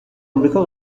آمریکا